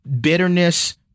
bitterness